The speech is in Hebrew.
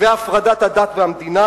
והפרדת הדת מהמדינה,